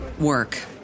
work